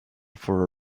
for